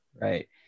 right